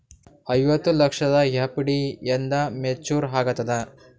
ಐವತ್ತು ಲಕ್ಷದ ಎಫ್.ಡಿ ಎಂದ ಮೇಚುರ್ ಆಗತದ?